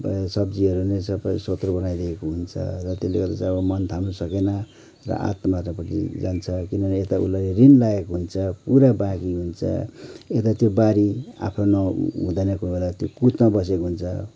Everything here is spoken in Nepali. सब्जीहरू नै सबै सोत्तर बनाइ दिएको हुन्छ त्यसले गर्दखेरि अबो मन थाम्न सकेन र आत्महत्यापट्टि जान्छ किनभने एता उसलाई ऋण लागेको हुन्छ पुरा बाँकि हुन्छ एता त्यो बारी आफ्नो नहुँदा कोहीबेला त्यो कुतमा बसेको हुन्छ